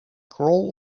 crawl